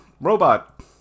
robot